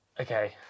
Okay